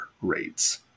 rates